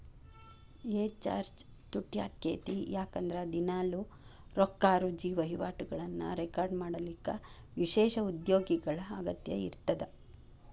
A chart ತುಟ್ಯಾಕ್ಕೇತಿ ಯಾಕಂದ್ರ ದಿನಾಲೂ ರೊಕ್ಕಾರುಜಿ ವಹಿವಾಟುಗಳನ್ನ ರೆಕಾರ್ಡ್ ಮಾಡಲಿಕ್ಕ ವಿಶೇಷ ಉದ್ಯೋಗಿಗಳ ಅಗತ್ಯ ಇರ್ತದ